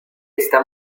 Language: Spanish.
está